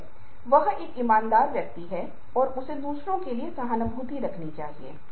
यह Norman Rockwell की 1936 की पेंटिंग है